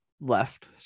left